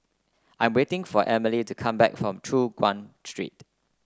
I'm waiting for Emely to come back from Choon Guan Street